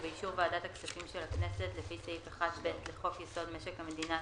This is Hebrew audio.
ובאישור ועדת הכספים של הכנסת לפי סעיף 1(ב) לחוק יסוד: משק המדינה,